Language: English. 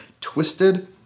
twisted